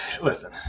Listen